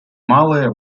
малые